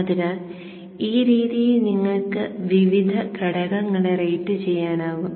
അതിനാൽ ഈ രീതിയിൽ നിങ്ങൾക്ക് വിവിധ ഘടകങ്ങളെ റേറ്റുചെയ്യാനാകും